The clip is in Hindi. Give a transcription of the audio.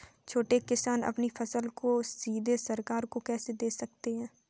छोटे किसान अपनी फसल को सीधे सरकार को कैसे दे सकते हैं?